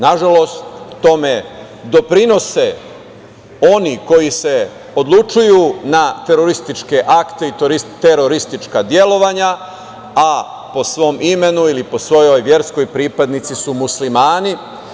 Nažalost, tome doprinose oni koji se odlučuju na terorističke akte i teroristička delovanja, a po svom imenu ili po svojoj verskoj su pripadnici Muslimani.